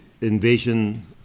invasion